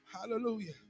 Hallelujah